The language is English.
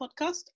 podcast